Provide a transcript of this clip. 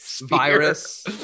virus